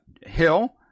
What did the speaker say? hill